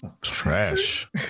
trash